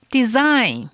Design